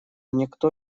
никто